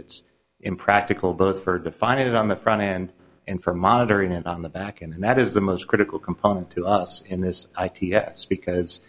it's impractical both for to find it on the front end and from monitoring it on the back and that is the most critical component to us in this i t yes because